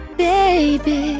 baby